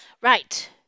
right